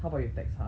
how about you text 他